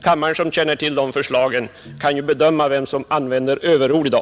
Kammaren som känner till de förslagen kan ju bedöma vem som använder överord i dag.